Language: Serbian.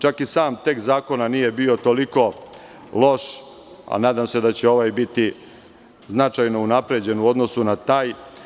Čak i sam tekst zakona nije bio toliko loš, a nadam se da će ovaj biti značajno unapređen u odnosu na taj.